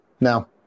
now